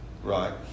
Right